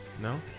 No